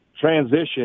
transition